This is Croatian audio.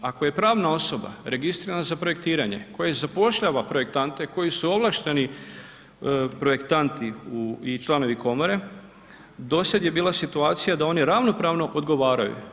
Ako je pravna osoba registrirana za projektiranje, koji zapošljava projektante, koji su ovlašteni projektanti i članovi komore, dosad je bila situacija da oni ravnopravno odgovaraju.